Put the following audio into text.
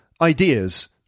ideas